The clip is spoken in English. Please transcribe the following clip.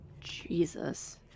Jesus